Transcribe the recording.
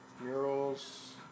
murals